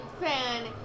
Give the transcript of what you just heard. fan